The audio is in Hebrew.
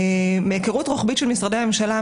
מהיכרות רוחבית של משרדי הממשלה,